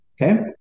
Okay